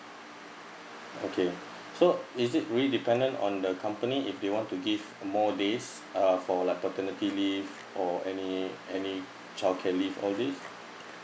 okay so is it really dependent on the company if they want to give more days uh for like paternity leave or any any childcare leave all these